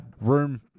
room